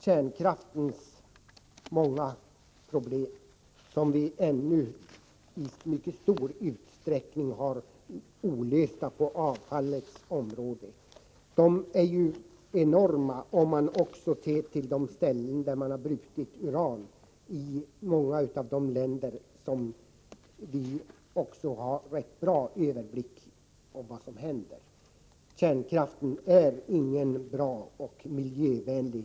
Kärnkraftens många problem är enorma, och de är i mycket stor utsträckning ännu olösta på t.ex. avfallets område. Vi kan också, i fråga om de länder som vi har ganska bra överblick över, se vad som händer på de ställen där man har brutit uran. Kärnkraften är ingen bra och miljövänlig